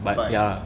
but